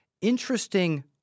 interesting